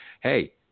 hey